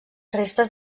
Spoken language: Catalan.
restes